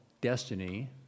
destiny